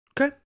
Okay